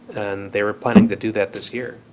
and they are planning to do that this year.